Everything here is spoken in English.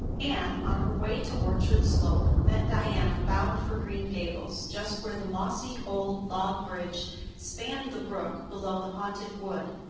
anne, on her way to orchard slope, met diana, bound for green gables, just where the mossy old log bridge spanned the brook below the haunted wood,